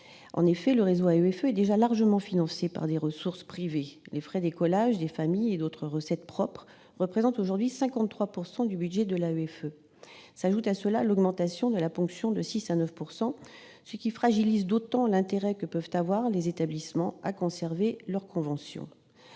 En effet, le réseau AEFE est déjà largement financé par des ressources privées : les frais d'écolage des familles et d'autres recettes propres représentent aujourd'hui 53 % du budget de l'AEFE. À cela s'ajoute l'augmentation de la ponction de six à neuf points, ce qui fragilise d'autant l'intérêt que peuvent avoir les établissements à conserver leur convention.